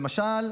למשל,